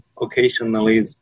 occasionally